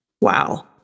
Wow